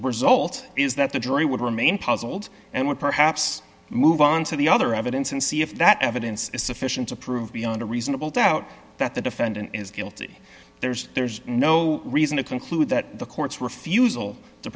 result is that the jury would remain puzzled and would perhaps move on to the other evidence and see if that evidence is sufficient to prove beyond a reasonable doubt that the defendant is guilty there's there's no reason to conclude that the court's refusal to